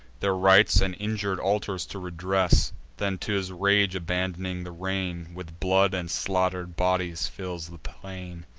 their rites and injur'd altars to redress then, to his rage abandoning the rein, with blood and slaughter'd bodies fills the plain.